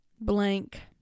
blank